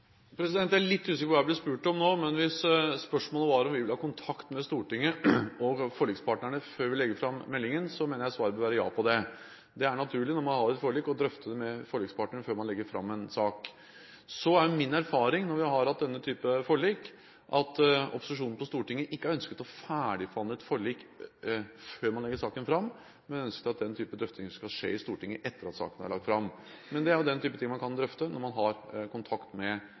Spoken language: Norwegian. Jeg er litt usikker på hva jeg ble spurt om nå. Men hvis spørsmålet var om vi vil ha kontakt med Stortinget og forlikspartnerne før vi legger fram meldingen, mener jeg svaret på det bør være ja. Det er naturlig når man har et forlik, å drøfte det med forlikspartnerne før man legger fram en sak. Så er min erfaring når vi har hatt denne type forlik, at opposisjonen på Stortinget ikke har ønsket å ferdigforhandle et forlik før man legger saken fram, men har ønsket at denne type drøftinger skal skje i Stortinget etter at saken er lagt fram. Men det er jo slikt man kan drøfte når man har kontakt med